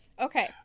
Okay